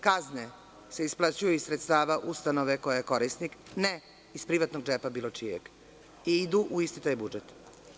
Kazne se isplaćuju iz sredstava ustanove koja je korisnik, a ne iz privatnog džepa bilo čijeg i idu u isti taj budžet?